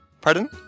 Pardon